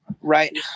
Right